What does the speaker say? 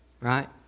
right